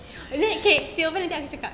wait K stay over nanti aku cakap